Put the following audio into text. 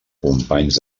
companys